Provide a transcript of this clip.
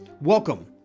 Welcome